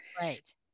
Right